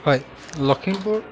হয় লখিমপুৰ